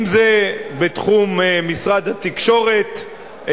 אם בתחום משרד התקשורת,